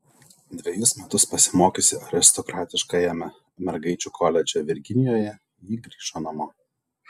dvejus metus pasimokiusi aristokratiškajame mergaičių koledže virginijoje ji grįžo namo